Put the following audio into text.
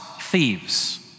thieves